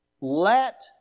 Let